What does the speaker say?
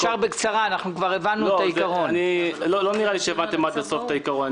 לא נראה לי שהבנתם עד הסוף את העיקרון.